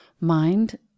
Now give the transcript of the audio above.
mind